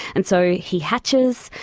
and so he hatches,